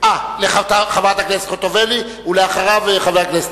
חברת הכנסת חוטובלי, ואחריה, חבר הכנסת